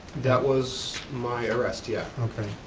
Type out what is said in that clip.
that was my arrest, yeah. okay.